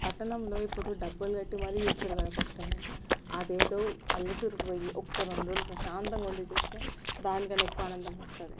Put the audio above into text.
పట్టణంలో ఇప్పుడు డబ్బులు కట్టీ మరీ చూస్తుర్రు కదా పక్షులని అదేదో పల్లెటూరుకి పోయి ఒక్క రెండు రోజులు ప్రశాంతంగా ఉండి చూస్తే దానికన్నా ఎక్కువ ఆనందం వస్తుంది